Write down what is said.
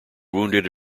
wounded